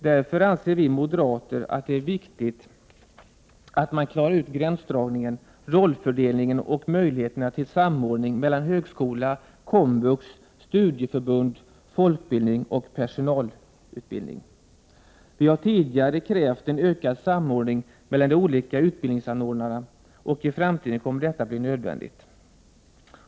Därför anser vi moderater att det är viktigt att man klarar ut gränsdragningen, rollfördelningen och möjligheterna till samordning mellan högskola, komvux, studieförbund, folkbildning och personalutbildning. Vi har tidigare krävt en ökad samordning mellan de olika utbildningsanordnarna, och i framtiden kommer denna att bli nödvändig.